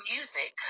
Music